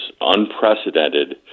unprecedented